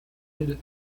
end